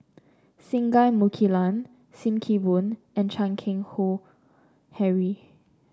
Singai Mukilan Sim Kee Boon and Chan Keng Howe Harry